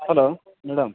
hello madam